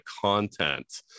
content